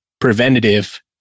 preventative